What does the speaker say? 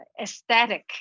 aesthetic